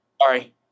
sorry